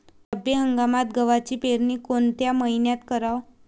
रब्बी हंगामात गव्हाची पेरनी कोनत्या मईन्यात कराव?